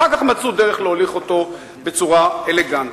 אחר כך מצאו דרך להוליך אותו בצורה אלגנטית.